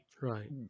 right